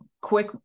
quick